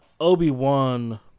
Obi-Wan